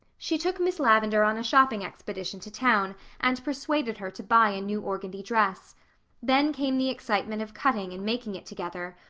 she took miss lavendar on a shopping expedition to town and persuaded her to buy a new organdy dress then came the excitement of cutting and making it together,